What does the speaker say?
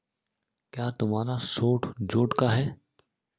क्या तुम्हारा suit jute का है?